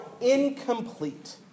incomplete